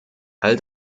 all